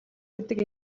гэдэг